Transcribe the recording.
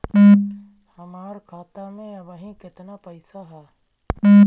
हमार खाता मे अबही केतना पैसा ह?